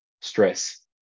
stress